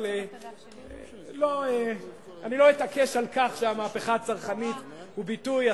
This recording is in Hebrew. אבל אני לא אתעקש על כך שה"המהפכה הצרכנית" הוא ביטוי,